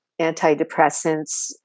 antidepressants